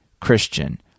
Christian